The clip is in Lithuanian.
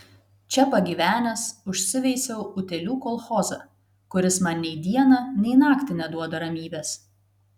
čia pagyvenęs užsiveisiau utėlių kolchozą kuris man nei dieną nei naktį neduoda ramybės